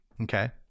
Okay